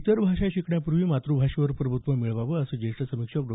इतर भाषा शिकण्याआधी मातृभाषेवर प्रभुत्व हवं असं ज्येष्ठ समीक्षक डॉ